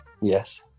Yes